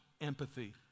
empathy